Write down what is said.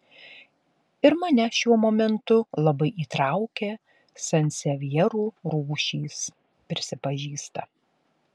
ir mane šiuo momentu labai įtraukė sansevjerų rūšys prisipažįsta